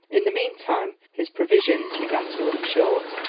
in the meantime, his provisions began to run short,